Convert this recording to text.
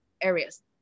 areas